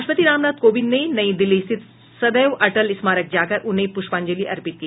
राष्ट्रपति रामनाथ कोविंद ने नई दिल्ली स्थित सदैव अटल स्मारक जाकर उन्हें प्रष्पांजलि अर्पित की